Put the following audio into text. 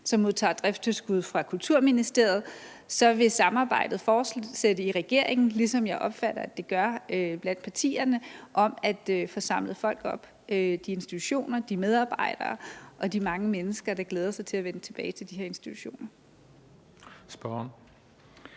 som modtager driftstilskud fra Kulturministeriet – så vil samarbejdet i regeringen om at få samlet folk op i forhold til de institutioner, de medarbejdere og de mange mennesker, der glæder sig til at vende tilbage til de her institutioner, fortsætte,